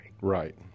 Right